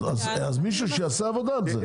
אז שמישהו יעשה עבודה על זה.